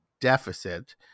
deficit